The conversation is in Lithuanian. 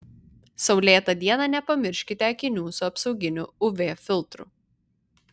saulėtą dieną nepamirškite akinių su apsauginiu uv filtru